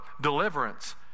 deliverance